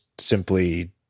simply